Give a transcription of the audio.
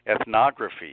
ethnography